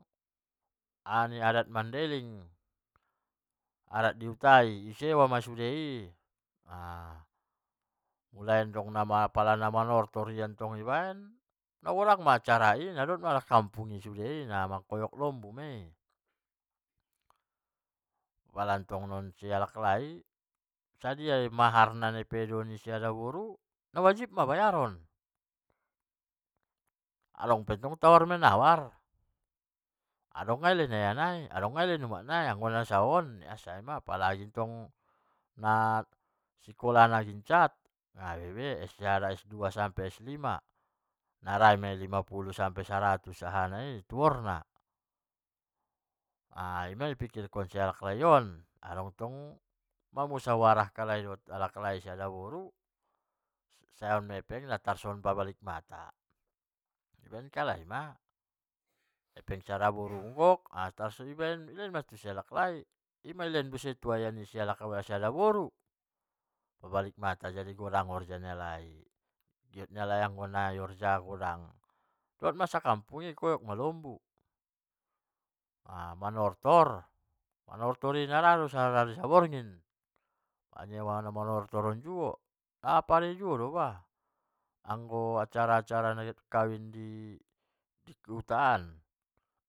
Dibaen non acarana, mulai non namarpokat sabagas. dong sabagas pala adaboru tong tu laklai marpokat ma di bagas nisi adaboru, mualai marpokat sabagas sampe tu marpokat mangan sipulut guarna, muda mangan sipulut on guarna di bagas ni adaboru otomatis kaluar ma sude dohot tumbuk tulang na. namangan ipulut na wajibna ma iba manumpur, anggo ilehen sappuluh ribu namaila doma iba. adong namalehen saratus adong namalehen lima puluh adong tong bahat hepebg nia ilehen ia sajuta, inma i pamasuk tu pinggan i pala tu kara-kara i tutup an. radonnon manomboi mulai non jam lapan borngin sampe non tu jam sada namarpokat on anggon anak nia dottong nagiot kawin, dung salose dapot non acara nai sanga hari aha, isi ma itentuon do sude i, i tentuon aya ni si adaboru, hari on acara na, ipio maitarsongon isewa ma bulang i.